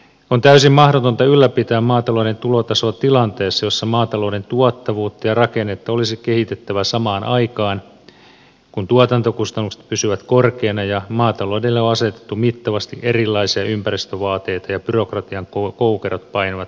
on täysin mahdotonta ylläpitää maatalouden tulotasoa tilanteessa jossa maatalouden tuottavuutta ja rakennetta olisi kehitettävä samaan aikaan kun tuotantokustannukset pysyvät korkeina ja maataloudelle on asetettu mittavasti erilaisia ympäristövaateita ja byrokratian koukerot painavat jokapäiväistä elämää